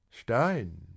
stein